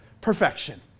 perfection